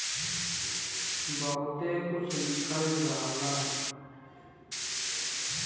बहुते कुछ लिखल रहला